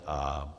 a);